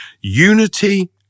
Unity